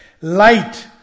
light